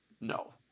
no